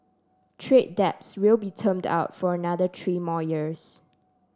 trade debts will be termed out for another three more years